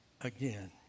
again